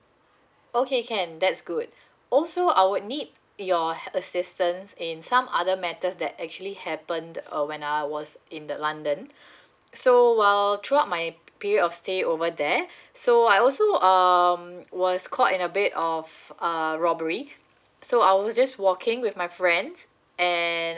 okay can that's good also I would need your h~ assistance in some other matters that actually happened uh when I was in the london so while throughout my period of stay over there so I also uh was quite a bit of a robbery so I was just walking with my friends and